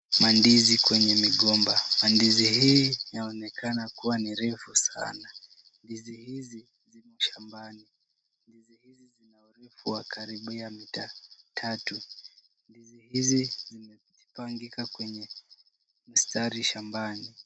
Mandizi kwenye migomba. Mandizi hii yanaonekana kuwa ni refu sana. Ndizi hizi ziko shambani . Ndizi hizi zina wa urefu karibia mita tatu. Ndizi hizi zimepangika kwenye mistari shambani.